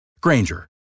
Granger